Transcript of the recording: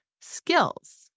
skills